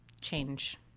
change